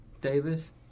Davis